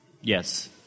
Yes